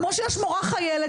כמו שיש מורה חיילת,